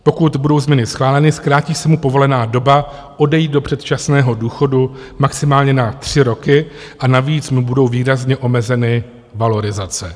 Pokud budou změny schváleny, zkrátí se mu povolená doba odejít do předčasného důchodu maximálně na tři roky a navíc mu budou výrazně omezeny valorizace.